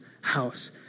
house